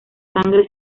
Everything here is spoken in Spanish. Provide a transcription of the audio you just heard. sangre